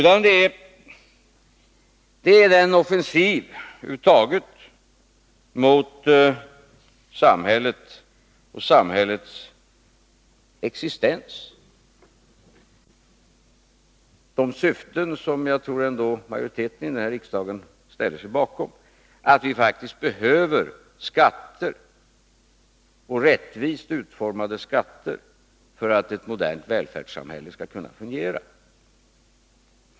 Det gäller i stället en offensiv över huvud taget mot samhället och samhällets existens, mot de syften som jag ändå tror att majoriteten här i kammaren ställer sig bakom, och mot att vi ändå behöver rättvist utformade skatter för att ett modernt välfärdssamhälle skall kunna fungera.